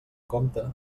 compte